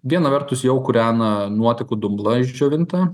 viena vertus jau kūrena nuotekų dumblą išdžiovintą